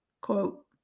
quote